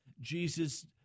Jesus